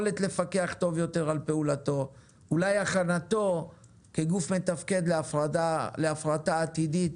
יכולת לפקח טוב יותר על פעולתו ואולי הכנתו כגוף מתפקד להפרטה עתידית